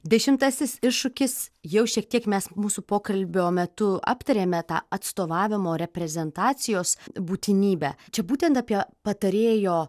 dešimtasis iššūkis jau šiek tiek mes mūsų pokalbio metu aptarėme tą atstovavimo reprezentacijos būtinybę čia būtent apie patarėjo